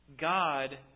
God